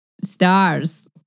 stars